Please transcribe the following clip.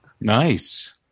Nice